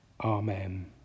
Amen